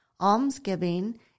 Almsgiving